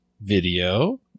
video